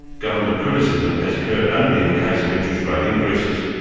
government criticism has occurred only in the case of interest rate increases,